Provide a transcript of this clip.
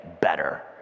better